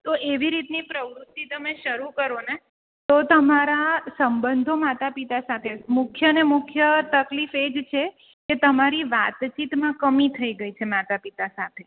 તો એવી રીતની પ્રવૃતિ તમે શરૂ કરોને તો તમારા સંબધો માતાપિતા સાથે મુખ્ય ને મુખ્ય તકલીફ એજ છે કે તમારી વાતચીતમાં કમી થઈ ગઈ છે માતા પિતા સાથે